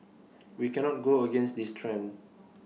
we cannot go against this trend